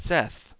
Seth